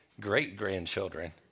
great-grandchildren